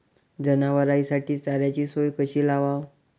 जनावराइसाठी चाऱ्याची सोय कशी लावाव?